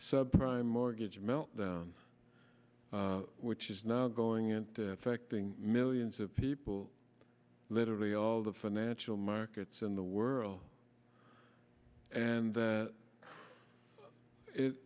sub prime mortgage meltdown which is now going into effect in millions of people literally all the financial markets in the world and that